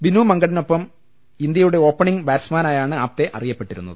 വിനൂ മങ്കടിനൊപ്പം ഇന്ത്യയുടെ ഓപ്പണിംഗ് ബാറ്റ്സ്മാനായാണ് ആപ്തെ അറിയപ്പെട്ടിരുന്നത്